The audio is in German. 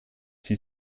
sie